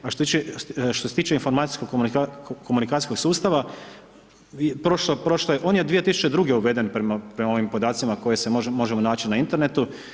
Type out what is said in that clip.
A što se tiče informacijsko komunikacijskog sustava, prošle, on je od 2002. uveden prema ovim podacima koje se možemo naći na internetu.